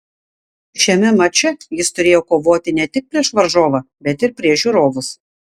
šiame mače jis turėjo kovoti ne tik prieš varžovą bet ir prieš žiūrovus